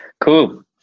Cool